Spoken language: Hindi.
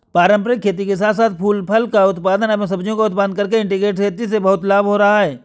पारंपरिक खेती के साथ साथ फूल फल का उत्पादन एवं सब्जियों का उत्पादन करके इंटीग्रेटेड खेती से बहुत लाभ हो रहा है